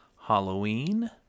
Halloween